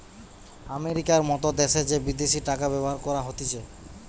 আমেরিকার মত দ্যাশে যে বিদেশি টাকা ব্যবহার করা হতিছে